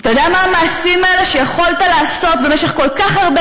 אתה יודע מה המעשים האלה שיכולת לעשות במשך כל כך הרבה